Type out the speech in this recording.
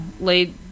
laid